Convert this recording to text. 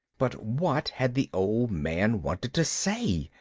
but what had the old man wanted to say?